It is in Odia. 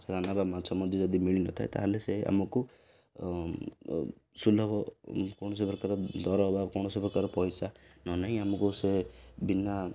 ଦାନା ବା ମାଛ ମଞ୍ଜି ଯଦି ମିଳିନଥାଏ ତା'ହେଲେ ସେ ଆମକୁ ସୁଲଭ କୌଣସି ପ୍ରକାର ଦର ବା କୌଣସି ପ୍ରକାର ପଇସା ନ ନେଇ ଆମକୁ ସେ ବିନା